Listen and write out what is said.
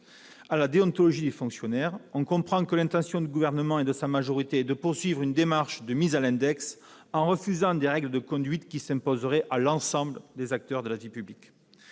à la déontologie des fonctionnaires. On comprend que l'intention du Gouvernement et de sa majorité est de poursuivre une démarche de mise à l'index, en refusant des règles de conduite qui s'imposeraient à l'ensemble des acteurs de la vie publique.